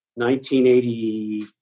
1980